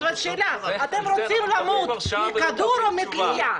אתם רוצים למות מכדור או בתלייה?